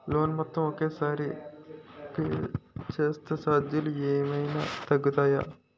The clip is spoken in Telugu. లోన్ మొత్తం ఒకే సారి పే చేస్తే ఛార్జీలు ఏమైనా తగ్గుతాయా?